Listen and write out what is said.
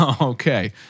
Okay